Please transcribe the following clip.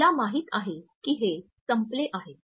तिला माहित आहे की हे संपले आहे